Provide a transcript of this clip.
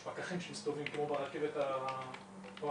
יש פקחים שמסתובבים כמו ברכבת הקלה,